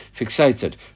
fixated